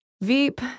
Veep